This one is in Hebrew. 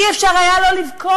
לא היה אפשר שלא לבכות.